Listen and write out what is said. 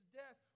death